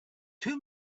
two